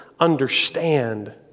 understand